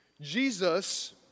Jesus